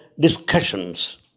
discussions